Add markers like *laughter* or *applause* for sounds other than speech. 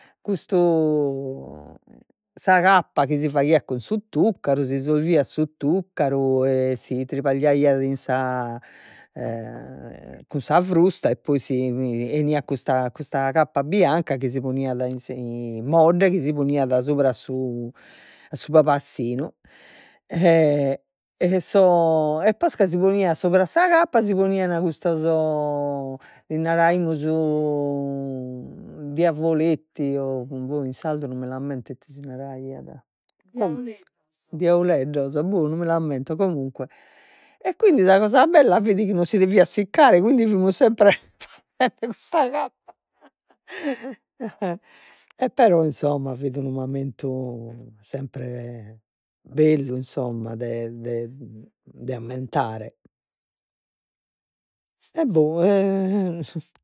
Custu sa cappa chi si faghiat cun su tuccaru s'isolviat su tuccaru e si tribagliaiat in sa *hesitation* cun sa frusta e poi si 'eniat custa custa cappa bianca chi si poniat in su modde chi si poniat subra su a su pabassinu *hesitation* so e posca si poniat subra sa cappa si ponian custos li naraimus *hesitation* diavoletti o bo in sardu no mi l'ammento ite si naraiat *noise* diauleddos bo non mi l'ammento comunque e quindi sa cosa bella fit chi non si deviat siccare e quindi fimus sempre *laughs* custa cappa *laughs* e però insomma fit unu mamentu sempre bellu insomma de de de ammentare e bo *hesitation*